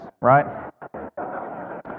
right